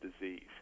disease